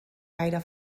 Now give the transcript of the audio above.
gaire